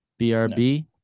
BRB